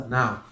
Now